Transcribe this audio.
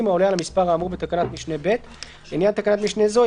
העולה על המספר האמור בתקנת משנה (ב); לעניין תקנת משנה זו,